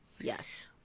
yes